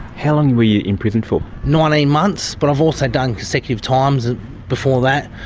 how long were you in prison for? nineteen months, but i've also done consecutive times before that.